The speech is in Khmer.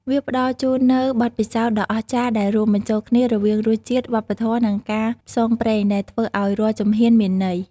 វាផ្តល់ជូននូវបទពិសោធន៍ដ៏អស្ចារ្យដែលរួមបញ្ចូលគ្នារវាងរសជាតិ វប្បធម៌ និងការផ្សងព្រេង ដែលធ្វើឱ្យរាល់ជំហានមានន័យ។